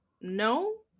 no